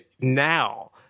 now